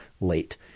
late